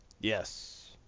Yes